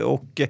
Och